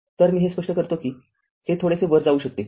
तर मी हे स्पष्ट करतो की हे थोडेसे वर जाऊ शकते